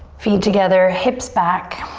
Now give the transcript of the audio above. feet together, hips back,